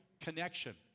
connection